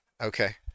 Okay